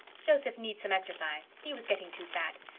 joseph needs some exercise he was getting too fat.